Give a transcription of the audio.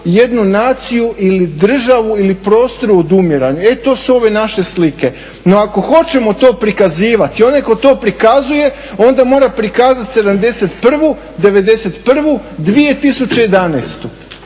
jednu naciju ili državu ili prostor odumiranja. E to su ove naše slike. No ako hoćemo to prikazivati, onaj tko to prikazuje onda mora prikazat '71., '91., 2011.,